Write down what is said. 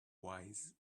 wise